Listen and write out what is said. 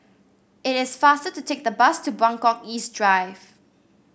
it is faster to take the bus to Buangkok East Drive